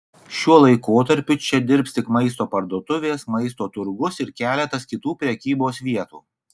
šiuo laikotarpiu čia dirbs tik maisto parduotuvės maisto turgus ir keletas kitų prekybos vietų